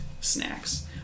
snacks